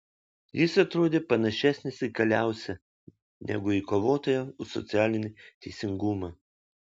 jis atrodė panašesnis į kaliausę negu į kovotoją už socialinį teisingumą